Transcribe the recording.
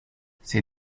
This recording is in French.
ces